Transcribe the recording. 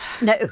No